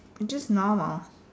just normal